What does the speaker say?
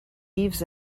leaves